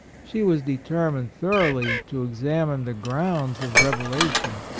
she was de termined thoroughly to examine the grounds of revelation.